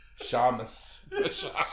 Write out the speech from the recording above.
Shamus